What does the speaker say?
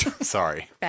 Sorry